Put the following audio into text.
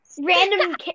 Random